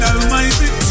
Almighty